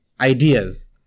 ideas